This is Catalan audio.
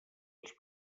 els